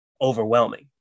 overwhelming